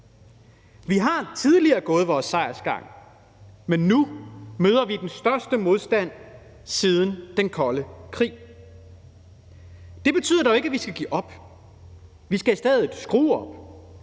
Vi har tidligere gået vores sejrsgang, men nu møder vi den største modstand siden den kolde krig. Det betyder dog ikke, at vi skal give op; vi skal i stedet skrue op.